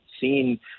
seen